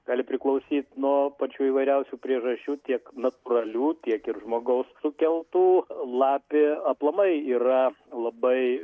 gali priklausyt nuo pačių įvairiausių priežasčių tiek natūralių tiek ir žmogaus sukeltų lapė aplamai yra labai